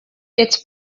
its